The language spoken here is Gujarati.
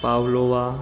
પાવલોવા